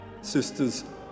Sisters